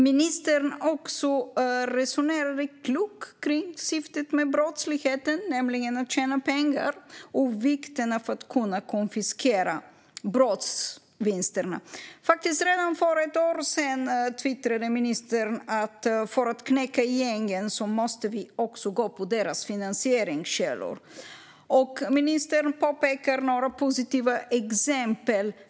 Ministern resonerade klokt om syftet med brottsligheten, att tjäna pengar, och om vikten av att kunna konfiskera vinsterna från brotten. Redan för ett år sedan twittrade ministern: För att knäcka gängen måste vi också gå på deras finansieringskällor. Ministern pekar på några positiva exempel.